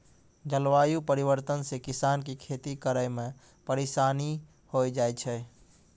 जलवायु परिवर्तन से किसान के खेती करै मे परिसानी होय जाय छै